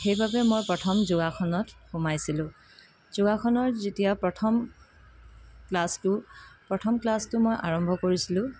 সেইবাবে মই প্ৰথম যোগাসনত সোমাইছিলো যোগাসনৰ যেতিয়া প্ৰথম ক্লাছটো প্ৰথম ক্লাছটো মই আৰম্ভ কৰিছিলো